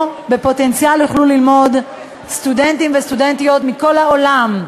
בפוטנציאל יוכלו ללמוד סטודנטים וסטודנטיות מכל העולם.